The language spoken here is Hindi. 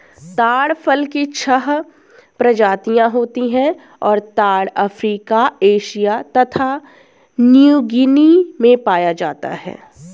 ताड़ फल की छह प्रजातियाँ होती हैं और ताड़ अफ्रीका एशिया तथा न्यूगीनी में पाया जाता है